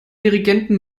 dirigenten